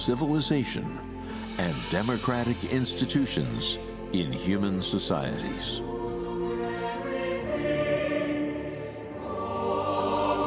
civilization and democratic institutions in human society